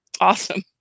awesome